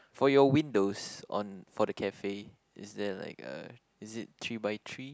for your windows on for the cafe is there like a is it three by three